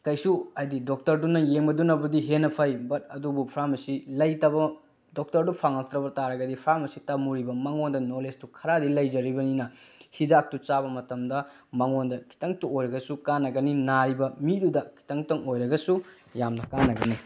ꯀꯩꯁꯨ ꯍꯥꯏꯗꯤ ꯗꯣꯛꯇꯔꯗꯨꯅ ꯌꯦꯡꯕꯗꯨꯅꯕꯨꯗꯤ ꯍꯦꯟꯅ ꯐꯩ ꯕꯠ ꯑꯗꯨꯕꯨ ꯐ꯭ꯔꯥꯝꯃꯥꯁꯤ ꯂꯩꯇꯕ ꯗꯣꯛꯇꯔꯗꯨ ꯐꯪꯉꯛꯇ꯭ꯔꯕ ꯇꯥꯔꯒꯗꯤ ꯐ꯭ꯔꯥꯝꯃꯥꯁꯤ ꯇꯝꯃꯨꯔꯤꯕ ꯃꯉꯣꯟꯗ ꯅꯣꯂꯦꯖꯇꯨ ꯈꯔꯗꯤ ꯂꯩꯖꯔꯤꯕꯅꯤꯅ ꯍꯤꯗꯥꯛꯇꯨ ꯆꯥꯕ ꯃꯇꯝꯗ ꯃꯉꯣꯟꯗ ꯈꯤꯇꯪꯇ ꯑꯣꯏꯔꯒꯁꯨ ꯀꯥꯟꯅꯒꯅꯤ ꯅꯥꯔꯤꯕ ꯃꯤꯗꯨꯗ ꯈꯤꯇꯪꯇꯪ ꯑꯣꯏꯔꯒꯁꯨ ꯌꯥꯝꯅ ꯀꯥꯟꯅꯒꯅꯤ